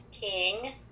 King